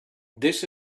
this